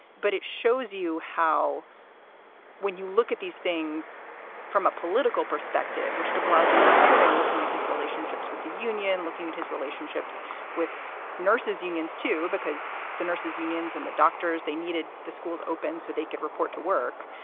but it shows you how when you look at these things from a political perspective, which de blasio was doing, looking at his relationships with the union, looking at his relationships with nurses unions, too, because the nurses unions and the doctors, they needed the schools open so they could report to work.